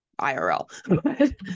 IRL